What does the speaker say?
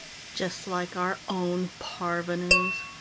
just like our own parvenues.